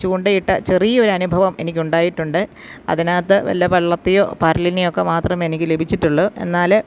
ചൂണ്ടയിട്ട ചെറിയൊരു അനുഭവം എനിക്കുണ്ടായിട്ടുണ്ട് അതിനകത്ത് വല്ല വെള്ളത്തെയോ പരലിനെയൊക്കെ മാത്രം എനിക്ക് ലഭിച്ചിട്ടുള്ളു എന്നാൽ